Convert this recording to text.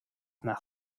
nach